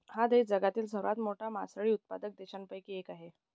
हा देश जगातील सर्वात मोठा मासळी उत्पादक देशांपैकी एक आहे